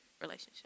relationship